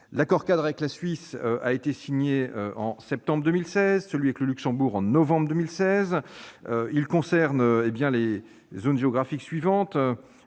L'accord-cadre avec la Suisse a été signé en septembre 2016, celui avec le Luxembourg en novembre 2016. Ces accords concernent les zones géographiques suivantes